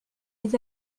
les